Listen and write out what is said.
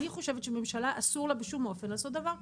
אני חושבת שלממשלה אסור בשום אופן לעשות דבר כזה.